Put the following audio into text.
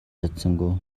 чадсангүй